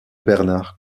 bernard